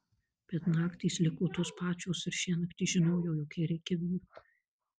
bet naktys liko tos pačios ir šiąnakt ji žinojo jog jai reikia vyro